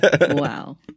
Wow